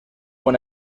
buen